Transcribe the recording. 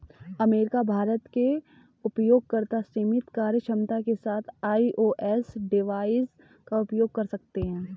America, Bharat के उपयोगकर्ता सीमित कार्यक्षमता के साथ आई.ओ.एस डिवाइस का उपयोग कर सकते हैं